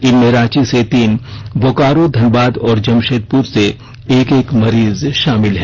इनमें रांची से तीन बोकारो धनबाद और जमशेदपुर से एक एक मरीज शामिल हैं